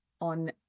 on